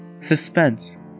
suspense